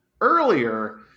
earlier